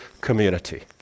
community